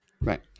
right